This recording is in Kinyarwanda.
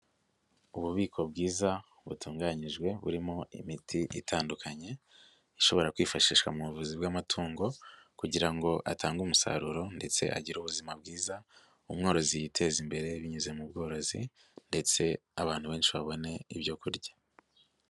Ububiko bwiza butunganyijwe burimo imiti itandukanye, ishobora kwifashishwa mu buvuzi bw'amatungo kugira ngo atange umusaruro ndetse agire ubuzima bwiza, umworozi yiteze imbere binyuze mu bworozi ndetse abantu benshi babone ibyo kurya.